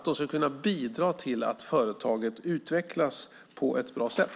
De ska kunna bidra till att företaget utvecklas på ett bra sätt.